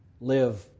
live